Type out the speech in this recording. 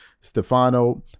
Stefano